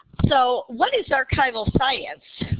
so what is archival science?